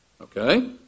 okay